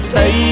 Say